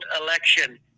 election